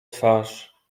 twarz